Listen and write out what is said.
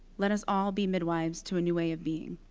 let us all be midwives to a new way of being.